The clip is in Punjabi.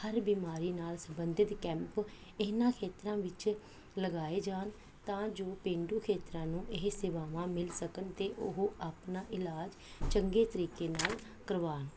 ਹਰ ਬਿਮਾਰੀ ਨਾਲ ਸੰਬੰਧਿਤ ਕੈਂਪ ਇਹਨਾਂ ਖੇਤਰਾਂ ਵਿੱਚ ਲਗਾਏ ਜਾਣ ਤਾਂ ਜੋ ਪੇਂਡੂ ਖੇਤਰਾਂ ਨੂੰ ਇਹ ਸੇਵਾਵਾਂ ਮਿਲ ਸਕਣ ਅਤੇ ਉਹ ਆਪਣਾ ਇਲਾਜ ਚੰਗੇ ਤਰੀਕੇ ਨਾਲ ਕਰਵਾਉਣ